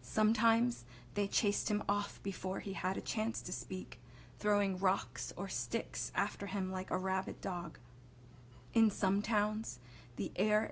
sometimes they chased him off before he had a chance to speak throwing rocks or sticks after him like a rabid dog in some towns the air